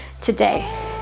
today